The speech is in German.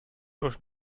durch